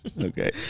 Okay